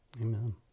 Amen